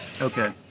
Okay